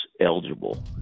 eligible